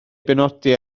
benodi